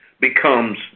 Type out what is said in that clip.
becomes